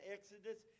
Exodus